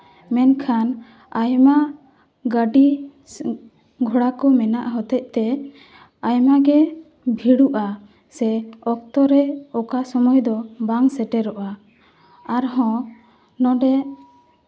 ᱢᱮᱱᱠᱷᱟᱱ ᱟᱭᱢᱟ ᱜᱟᱹᱰᱤ ᱜᱷᱚᱲᱟ ᱠᱚ ᱢᱮᱱᱟᱜ ᱦᱚᱛᱮᱜ ᱛᱮ ᱟᱭᱢᱟ ᱜᱮ ᱵᱷᱤᱲᱚᱜᱼᱟ ᱥᱮ ᱚᱠᱛᱚ ᱨᱮ ᱚᱠᱟ ᱥᱚᱢᱚᱭ ᱫᱚ ᱵᱟᱝ ᱥᱮᱴᱮᱨᱚᱜᱼᱟ ᱟᱨ ᱦᱚᱸ ᱱᱚᱰᱮ